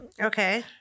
okay